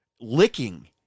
licking